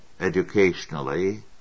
educationally